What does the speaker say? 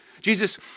Jesus